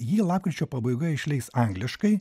jį lapkričio pabaigoje išleis angliškai